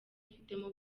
yifitemo